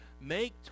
Make